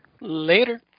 Later